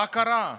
מה קרה?